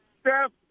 Steph